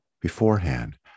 beforehand